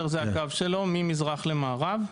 זה הקו שלו ממזרח למערב.